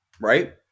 right